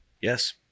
Yes